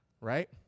Right